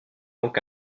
donc